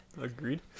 Agreed